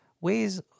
ways